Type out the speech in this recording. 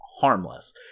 harmless